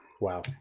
Wow